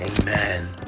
amen